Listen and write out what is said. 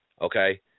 okay